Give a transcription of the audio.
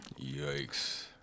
Yikes